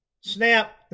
SNAP